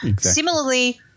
Similarly